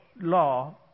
law